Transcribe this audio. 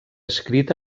escrit